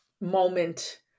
moment